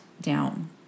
down